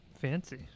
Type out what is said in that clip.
Fancy